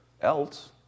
else